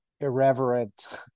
irreverent